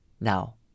now